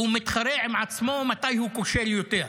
הוא מתחרה עם עצמו מתי הוא כושל יותר.